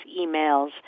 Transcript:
emails